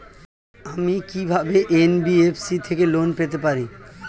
আমি কি কিভাবে এন.বি.এফ.সি থেকে লোন পেতে পারি?